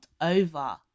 over